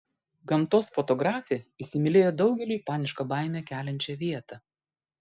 gamtos fotografė įsimylėjo daugeliui panišką baimę keliančią vietą